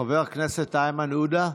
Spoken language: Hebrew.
חבר הכנסת איימן עודה.